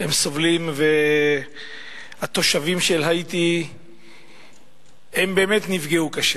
הם סובלים, והתושבים של האיטי באמת נפגעו קשה,